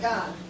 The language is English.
God